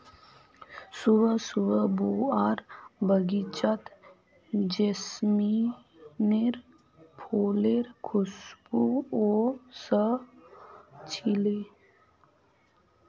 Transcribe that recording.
सुबह सुबह बुआर बगीचात जैस्मीनेर फुलेर खुशबू व स छिले